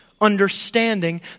understanding